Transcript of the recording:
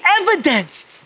evidence